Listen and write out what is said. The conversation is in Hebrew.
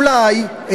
אולי,